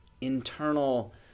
internal